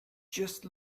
just